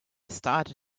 started